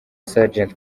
sgt